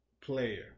player